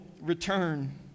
return